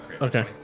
Okay